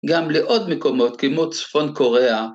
גם לעוד מקומות כמו צפון קוריאה.